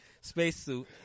spacesuit